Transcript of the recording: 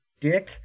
dick